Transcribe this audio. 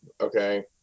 Okay